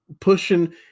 pushing